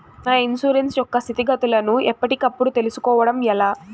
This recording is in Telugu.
నా ఇన్సూరెన్సు యొక్క స్థితిగతులను గతులను ఎప్పటికప్పుడు కప్పుడు తెలుస్కోవడం ఎలా?